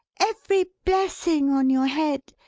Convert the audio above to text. every blessing on your head!